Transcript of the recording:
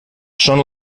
són